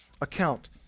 account